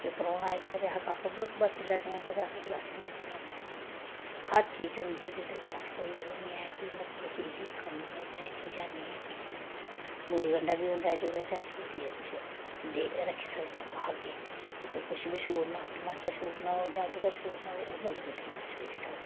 फिर परौह्ना आए ते कदें अस कप्प बरती लैन्ने आं कदें अस गलासी बरती लैन्ने आं हर चीज होंदी ऐ जेह्दे च अस कोई ओह् नेईं हे कि मतलब इस चीज दी कमी ऐ जां एह् चीज नेईं ऐ किचन च मुलीकडां बी होंदा जेह्दे अस मूलिया कुछ रक्खी सकने आं कुसै अग्गें मतलब कुछ बी छूरना होए टमाटर छूरना होए जां अदरक छूरना होग ओह् मूलीकंडे कन्नै अस छूरी सकने